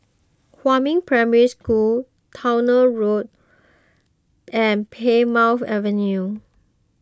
Huamin Primary School Towner Road and Plymouth Avenue